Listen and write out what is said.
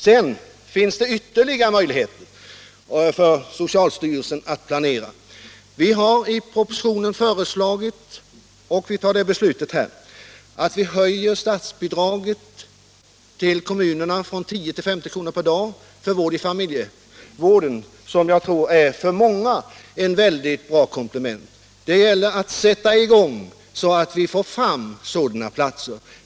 Sedan finns det ytterligare möjligheter för socialstyrelsen att planera. Vi har i propositionen föreslagit — och vi tar det beslutet här — att man skall höja statsbidraget till kommunerna från 10 till 50 kr. per dag för familjevården, som jag tror är ett väldigt bra komplement för många. Det gäller att sätta i gång så att vi får fram sådana platser.